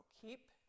keep